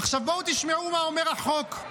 עכשיו בואו תשמעו מה אומר החוק.